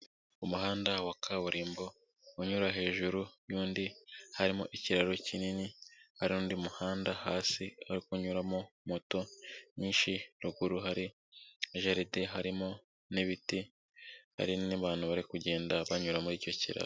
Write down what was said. Umuhanda wa kaburimbo unyura hejuru yundi harimo ikiraro kinini hari undi muhanda hasi aho kunyuramo moto nyinshi ruguru hari jereti harimo n'ibiti hari n'abantu bari kugenda banyura muri icyo kiraro.